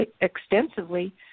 extensively